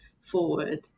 forward